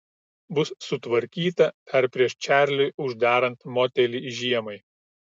bus sutvarkyta dar prieš čarliui uždarant motelį žiemai